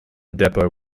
depot